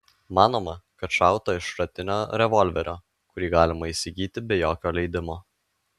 manoma kad šauta iš šratinio revolverio kurį galima įsigyti be jokio leidimo